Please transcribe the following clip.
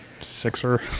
sixer